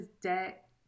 debt